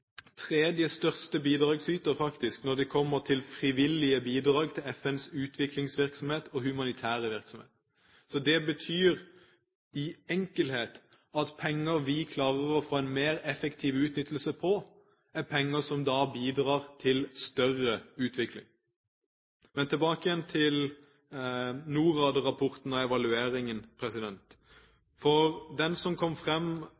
tredje største bidragsyter når det kommer til frivillige bidrag til FNs utviklingsvirksomhet og humanitære virksomhet. Det betyr i enkelhet at penger vi klarer å få en mer effektiv utnyttelse av, er penger som da bidrar til større utvikling. Men til Norad-rapporten og evalueringen.